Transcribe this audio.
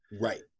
right